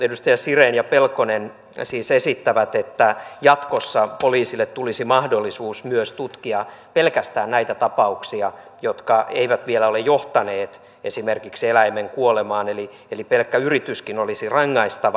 edustaja siren ja pelkonen siis esittävät että jatkossa poliisille tulisi mahdollisuus myös tutkia pelkästään näitä tapauksia jotka eivät vielä ole johtaneet esimerkiksi eläimen kuolemaan eli pelkkä yrityskin olisi rangaistava